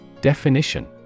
Definition